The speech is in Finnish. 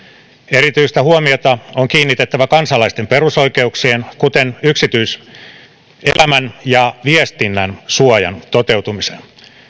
erityistä huomiota on kiinnitettävä kansalaisten perusoikeuksien kuten yksityiselämän ja viestinnän suojan toteutumiseen